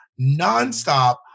nonstop